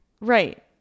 right